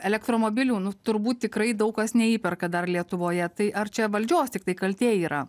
elektromobilių nu turbūt tikrai daug kas neįperka dar lietuvoje tai ar čia valdžios tiktai kaltė yra